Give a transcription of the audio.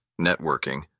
networking